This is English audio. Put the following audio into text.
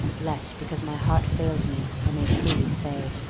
less because my heart failed me, i may truly say,